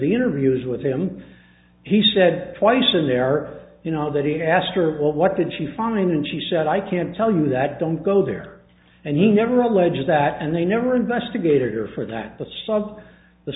the interviews with him he said twice and there are you know that he asked her what did she find and she said i can't tell you that don't go there and he never alleges that and they never investigated or for that